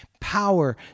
Power